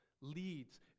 leads